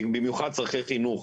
במיוחד צורכי חינוך,